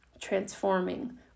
transforming